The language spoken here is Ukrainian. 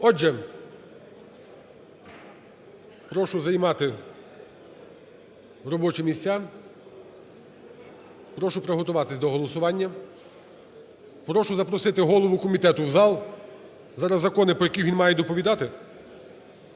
Отже, прошу займати робочі місця. Прошу приготуватись до голосування. Прошу запросити голову комітету в зал, зараз закони, про які він має доповідати.